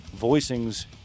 voicings